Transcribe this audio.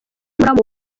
muramu